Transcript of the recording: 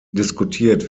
diskutiert